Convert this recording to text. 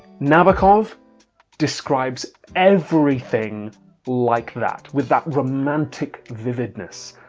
nabokov describes everything like that, with that romantic vividness.